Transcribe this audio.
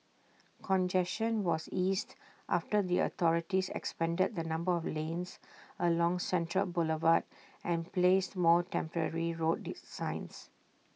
congestion was eased after the authorities expanded the number of lanes along central Boulevard and placed more temporary road signs